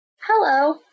Hello